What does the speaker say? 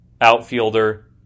outfielder